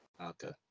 Okay